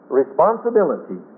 responsibility